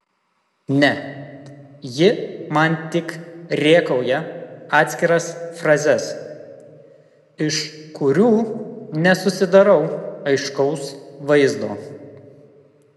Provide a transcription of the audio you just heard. ne ji man tik rėkauja atskiras frazes iš kurių nesusidarau aiškaus vaizdo